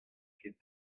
ket